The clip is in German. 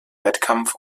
wettkampf